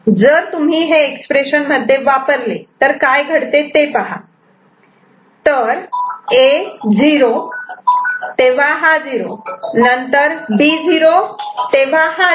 जर तुम्ही हे एक्सप्रेशन मध्ये वापरले तर काय घडते ते पहा तर A 0 तेव्हा हा '0' नंतर B 0 तेव्हा हा '0'